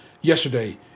yesterday